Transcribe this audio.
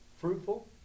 Fruitful